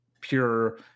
pure